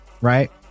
Right